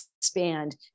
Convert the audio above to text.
expand